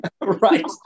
Right